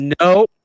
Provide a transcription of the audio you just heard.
No